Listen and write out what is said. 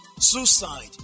suicide